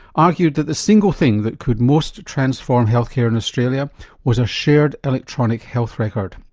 argued that the single thing that could most transform health care in australia was a shared electronic health record.